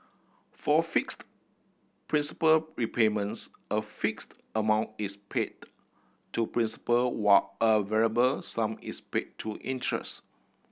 for fixed principal repayments a fixed amount is paid to principal while a variable sum is paid to interest